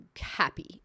happy